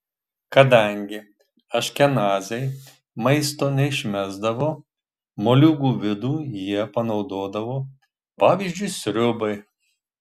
kadangi aškenaziai maisto neišmesdavo moliūgų vidų jie panaudodavo pavyzdžiui sriubai